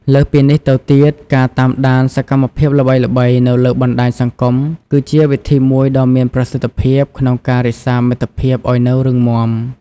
លើសពីនេះទៅទៀត ការតាមដានសកម្មភាពល្បីៗនៅលើបណ្ដាញសង្គមគឺជាវិធីមួយដ៏មានប្រសិទ្ធភាពក្នុងការរក្សាមិត្តភាពឲ្យនៅរឹងមាំ។